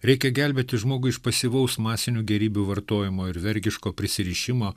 reikia gelbėti žmogų iš pasyvaus masinių gėrybių vartojimo ir vergiško prisirišimo